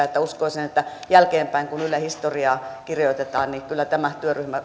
että uskoisin että kun jälkeenpäin yle historiaa kirjoitetaan niin kyllä tämä